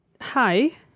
hi